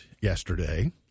yesterday